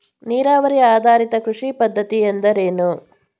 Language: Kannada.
ನೀರಾವರಿ ಆಧಾರಿತ ಕೃಷಿ ಪದ್ಧತಿ ಎಂದರೇನು?